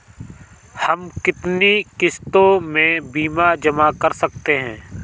हम कितनी किश्तों में बीमा जमा कर सकते हैं?